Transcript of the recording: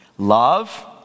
Love